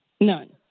None